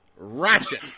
Ratchet